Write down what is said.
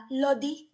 lodi